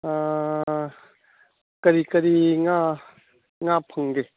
ꯀꯔꯤ ꯀꯔꯤ ꯉꯥ ꯉꯥ ꯐꯪꯒꯦ